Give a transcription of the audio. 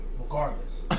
Regardless